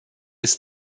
ist